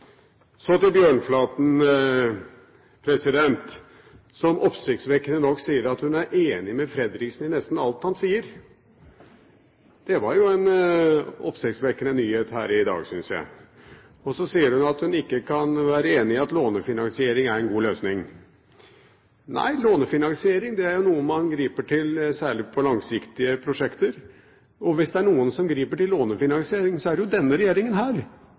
Så til Bjørnflaten, som oppsiktsvekkende nok sier at hun er enig med Fredriksen i nesten alt han sier. Det var jo en oppsiktsvekkende nyhet her i dag, syns jeg. Og så sier hun at hun ikke kan være enig i at lånefinansiering er en god løsning. Nei, lånefinansiering er noe man griper til særlig på langsiktige prosjekter. Og hvis det er noen som griper til lånefinansiering, så er det jo denne regjeringen.